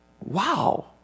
Wow